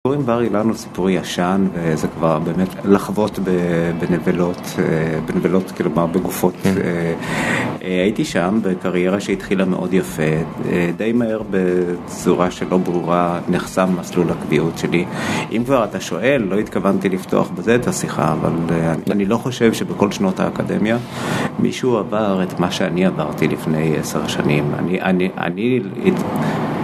בר אילן הוא סיפור ישן וזה כבר באמת לחבוט בנבלות, בנבלות כלומר בגופות הייתי שם בקריירה שהתחילה מאוד יפה, די מהר בצורה שלא ברורה נחסם מסלול הקביעות שלי אם כבר אתה שואל לא התכוונתי לפתוח בזה את השיחה אבל אני לא חושב שבכל שנות האקדמיה מישהו עבר את מה שאני עברתי לפני עשר שנים